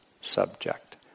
subject